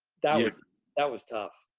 that was that was tough.